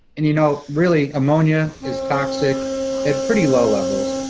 and you know, really, ammonia is toxic at pretty low levels.